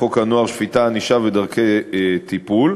חוק הנוער (שפיטה, ענישה ודרכי טיפול)